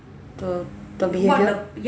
the the behavior